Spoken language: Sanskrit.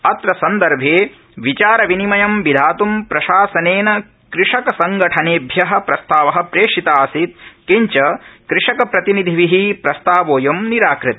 अत्र सन्दर्भे विचार विनिमयं विधात् प्रशासनेन कृषकसंगठनेभ्यः प्रस्तावः प्रेषित आसीत् किंच कृषकप्रतिनिधिभिः प्रस्तावोयं निराकृतः